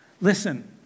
Listen